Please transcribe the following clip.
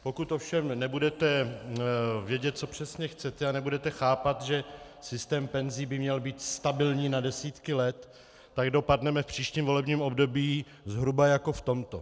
Pokud ovšem nebudete vědět, co přesně chcete, a nebudete chápat, že systém penzí by měl být stabilní na desítky let, tak dopadneme v příštím volebním období zhruba jako v tomto.